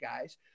guys